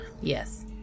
Yes